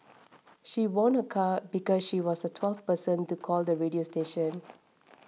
she won a car because she was the twelfth person to call the radio station